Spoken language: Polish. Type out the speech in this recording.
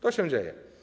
To się dzieje.